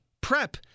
PrEP